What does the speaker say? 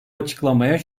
açıklamaya